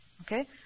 Okay